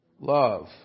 love